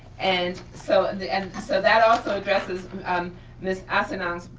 and so and and so that also addresses um miss assangong's